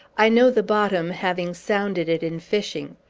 i know the bottom, having sounded it in fishing.